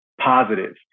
positive